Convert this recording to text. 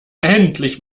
endlich